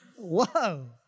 whoa